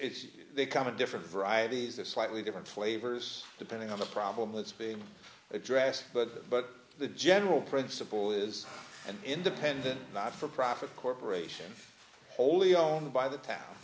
it's become a different varieties of slightly different flavors depending on the problem let's be address but but the general principle is an independent not for profit corporation wholly owned by the town